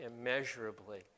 immeasurably